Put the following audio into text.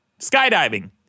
Skydiving